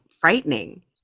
frightening